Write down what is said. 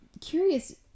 curious